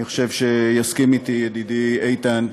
אני חושב שיסכים אתי ידידי איתן,